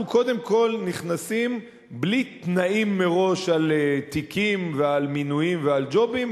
קודם כול נכנסים בלי תנאים מראש על תיקים ועל מינויים ועל ג'ובים,